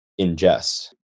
ingest